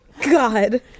God